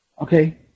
Okay